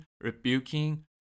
rebuking